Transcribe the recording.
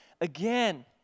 again